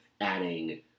adding